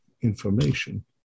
information